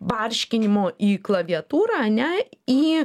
barškinimo į klaviatūrą ane į